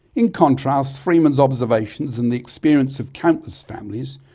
in contrast freeman's observations, and the experience of countless families,